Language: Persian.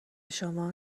شما